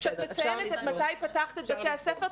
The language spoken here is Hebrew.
כשאת מציינת מתי פתחת את בתי הספר,